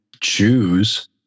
choose